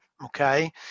Okay